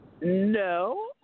no